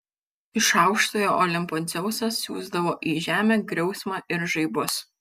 iš aukštojo olimpo dzeusas siųsdavo į žemę griausmą ir žaibus